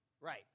right